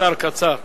קצר, קצר.